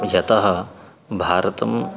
यतः भारतम्